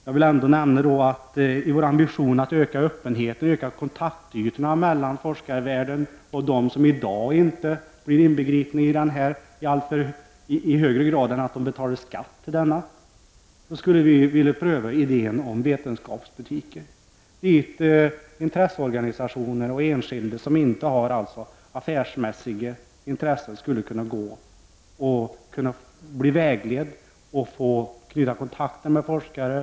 Jag vill emellertid nämna att vi har en ambition att öka öppenheten och kontaktytorna mellan forskarvärlden och dem som inte är med mer än på så sätt att de betalar skatt. Vi skulle därför vilja pröva idéer om vetenskapsbutiker dit intresseorganisationer och enskilda som inte har affärsmässiga intressen skulle kunna vända sig. Här kunde man bli vägledd och få kontakter med forskare.